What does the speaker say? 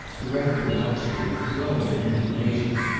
the rector watched her with growing indignation.